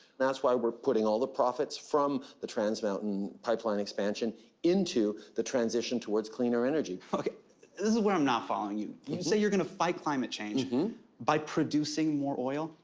that's why we're putting all the profits from the trans mountain pipeline expansion into the transition towards cleaner energy. okay, this is where i'm not following you. you say you're going to fight climate change by producing more oil?